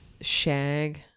Shag